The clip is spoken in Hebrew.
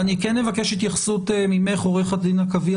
אני כן אבקש התייחסות ממך עורכת הדין עקביה